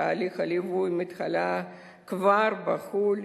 תהליך הליווי מתחיל כבר בחו"ל,